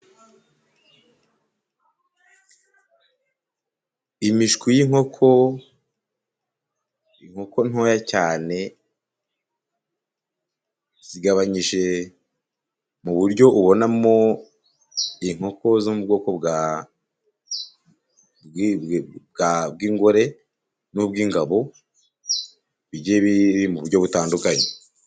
Imishwi y'inkoko, inkoko ntoya cyane zigabanyije mu buryo ubonamo inkoko zo mu bwoko bw'ingore ni ubw'ingabo, bigiye biri mu buryo butandukanye.